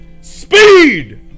speed